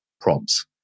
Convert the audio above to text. prompts